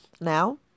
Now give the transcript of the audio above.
now